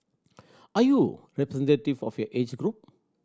are you representative of your age group